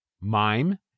MIME